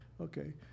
Okay